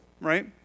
right